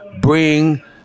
Bring